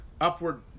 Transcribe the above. upward